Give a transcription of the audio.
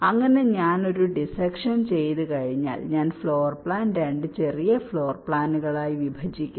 അങ്ങനെ ഞാൻ ഒരു ഡിസക്ഷൻ ചെയ്തുകഴിഞ്ഞാൽ ഞാൻ ഫ്ലോർ പ്ലാൻ 2 ചെറിയ ഫ്ലോർ പ്ലാനുകളായി വിഭജിക്കുന്നു